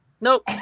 Nope